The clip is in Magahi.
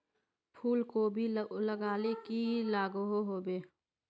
फूलकोबी लगाले की की लागोहो होबे?